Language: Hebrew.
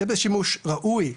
זה בשימוש ראוי,